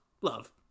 Love